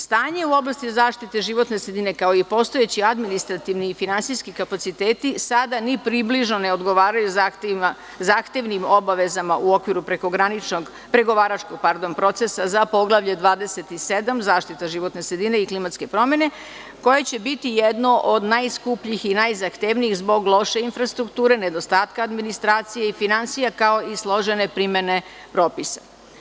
Stanje u oblasti zaštite životne sredine, kao i postojeći administrativni i finansijski kapaciteti, sada ni približno ne odgovaraju zahtevnim obavezama u oblasti pregovaračkog procesa za Poglavlje 27 – zaštita životne sredine i klimatske promene, koje će biti jedno od najskupljih i najzahtevnijih zbog loše infrastrukture, nedostatka administracije i finansija, kao i složene primene propisa.